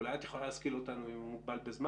אולי את יכולה להשכיל אותנו אם הוא מוגבל בזמן,